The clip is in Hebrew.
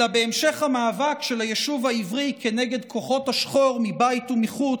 אלא בהמשך המאבק של היישוב העברי כנגד כוחות השחור מבית ומחוץ,